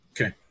Okay